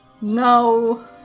No